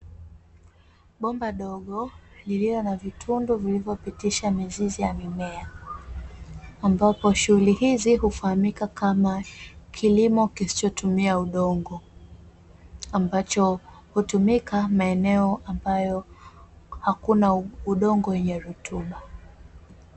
Bomba dogo lililo na vitundu vilivyopitisha mizizi ya mimea, ambapo shughuli hizi hufahamika kama kilimo kisichotumia udongo ambacho hutumika maeneo ambayo hakuna udongo wenye rutuba .